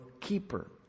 keeper